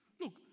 Look